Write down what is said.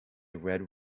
red